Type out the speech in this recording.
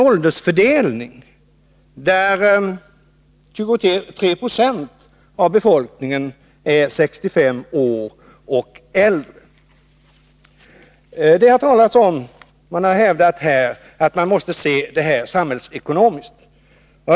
Ålders fördelningen är sådan att 23 20 av befolkningen är 65 år eller äldre. Det har hävdats att man här måste anlägga samhällsekonomiska synpunkter.